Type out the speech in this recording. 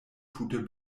tute